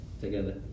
Together